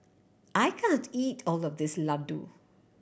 I can't eat all of this laddu